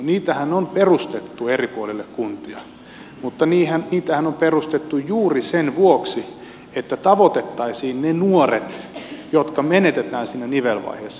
niitähän on perustettu eri puolille kuntia mutta niitähän on perustettu juuri sen vuoksi että tavoitettaisiin ne nuoret jotka menetetään siinä nivelvaiheessa